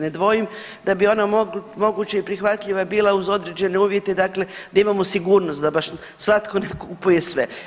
Ne dvojim da bi ona moguće i prihvatljiva bila uz određene uvjete dakle da imamo sigurnost da baš svatko ne kupuje sve.